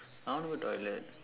I want to go toilet